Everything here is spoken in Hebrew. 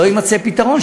לא יימצא פתרון,